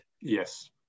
Yes